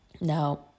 Now